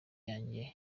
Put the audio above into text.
yanjye